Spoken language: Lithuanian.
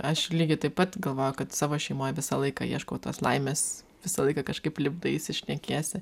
aš lygiai taip pat galvoju kad savo šeimoj visą laiką ieškau tos laimės visą laiką kažkaip lipdaisi šnekiesi